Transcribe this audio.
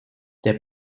der